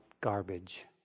garbage